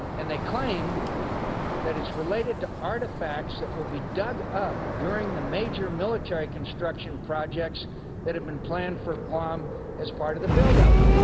and they claim that it's related to artifacts that will be dug up during the major military construction projects that have been planned for guam as part of the buildup.